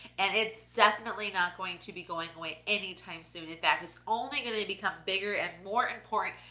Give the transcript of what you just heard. and it's definitely not going to be going away anytime soon. in fact, it's only gonna become bigger and more important,